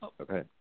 Okay